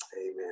Amen